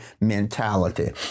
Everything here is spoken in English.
mentality